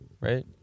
right